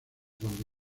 donde